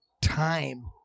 time